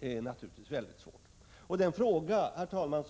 är naturligtvis mycket svårt. Herr talman!